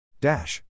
Dash